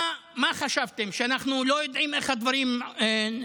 מה חשבתם, שאנחנו לא יודעים איך הדברים נעשים?